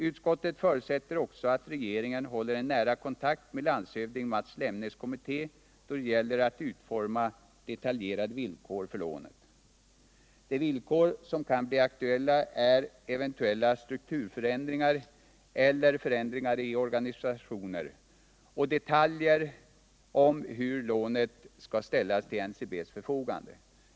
Utskottet förutsätter också att regeringen håller nära kontakt med landshövding Mats Lemnes kommitté, då det gäller att utforma detaljerade villkor för lånet. De villkor som kan bli aktuella är eventuella strukturförändringar eller förändringar i organisationen samt detaljer om hur lånet skall ställas till NCB:s förfogande.